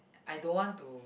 I don't want to